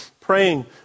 Praying